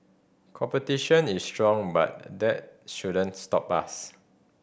competition is strong but that shouldn't stop us